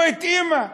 לא התאימה.